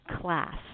class